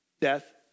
death